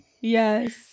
Yes